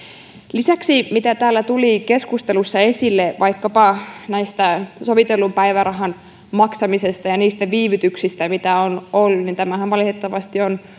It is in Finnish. lisäksi mitä täällä tuli keskustelussa esille vaikkapa sovitellun päivärahan maksamisesta ja niistä viivytyksistä mitä on ollut niin tämähän valitettavasti on